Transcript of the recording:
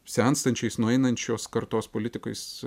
senstančiais nueinančios kartos politikais